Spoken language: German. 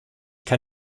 kann